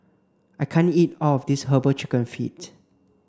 I can't eat all of this herbal chicken feet